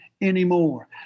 anymore